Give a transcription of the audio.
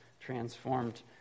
transformed